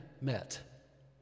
met